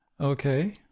okay